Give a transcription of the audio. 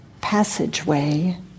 passageway